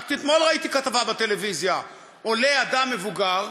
רק אתמול ראיתי כתבה בטלוויזיה: עולה אדם מבוגר,